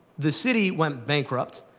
the city went bankrupt,